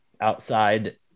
outside